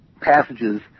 passages